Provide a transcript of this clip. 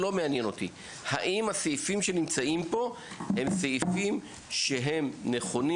האם הסעיפים שנמצאים פה הם סעיפים נכונים,